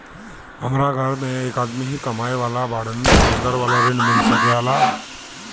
हमरा घर में एक आदमी ही कमाए वाला बाड़न रोजगार वाला ऋण मिल सके ला?